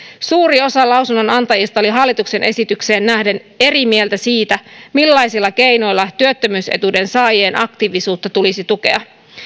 suuri osa lausunnonantajista oli hallituksen esitykseen nähden eri mieltä siitä millaisilla keinoilla työttömyysetuuden saajien aktiivisuutta tulisi tukea